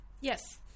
Yes